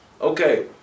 Okay